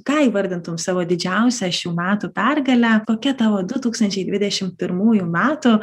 ką įvardintum savo didžiausią šių metų pergalę kokia tavo du tūkstančiai dvidešim pirmųjų metų